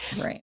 Right